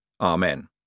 Amen